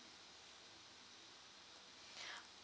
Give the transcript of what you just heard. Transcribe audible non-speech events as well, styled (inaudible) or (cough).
(breath)